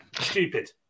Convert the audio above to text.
Stupid